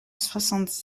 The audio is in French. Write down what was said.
soixante